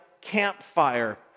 campfire